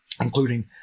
including